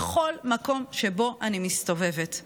בכל מקום שבו אני מסתובבת,